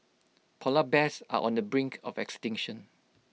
Polar Bears are on the brink of extinction